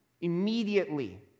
Immediately